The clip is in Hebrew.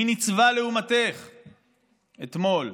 מי ניצבה לעומתך אתמול?